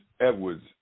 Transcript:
Edwards